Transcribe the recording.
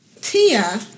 Tia